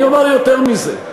אני אומַר יותר מזה,